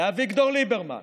לאביגדור ליברמן,